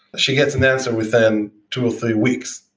she gets an answer within two or three weeks,